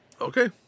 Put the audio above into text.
okay